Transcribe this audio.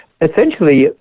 essentially